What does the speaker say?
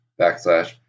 backslash